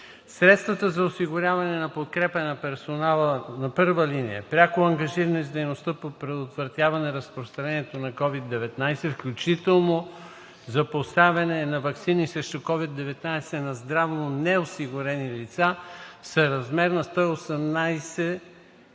Средствата за осигуряване на подкрепа на персонала на първа линия, пряко ангажиран с дейности по предотвратяване разпространението на COVID-19, включително за поставяне на ваксини срещу COVID-19 на здравно неосигурените лица, са в размер на 118,9